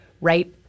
right